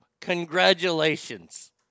Congratulations